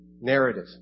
narrative